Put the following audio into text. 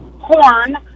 corn